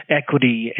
equity